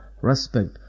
respect